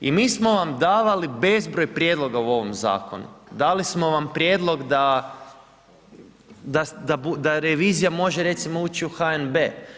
I mi smo vam davali bezbroj prijedloga u ovom zakonu, dali smo vam prijedlog, da revizija, može recimo ući u HNB.